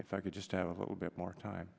if i could just have a little bit more time